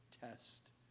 test